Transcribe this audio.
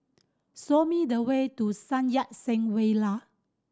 show me the way to Sun Yat Sen Villa